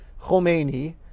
Khomeini